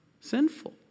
Sinful